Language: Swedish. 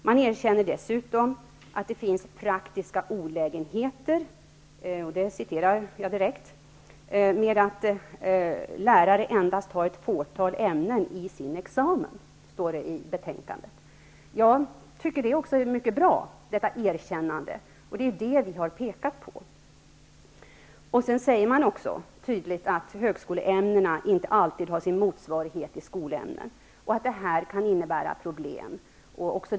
Man erkänner dessutom att det finns praktiska olägenheter med att lärare har endast ett fåtal ämnen i sin examen, som det står i betänkandet. Jag tycker att detta erkännande är mycket bra, och det är det som vi har pekat på. Man säger också tydligt att högskoleämnena inte alltid har sin motsvarighet i skolämnen och att detta kan innebära problem.